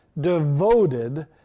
devoted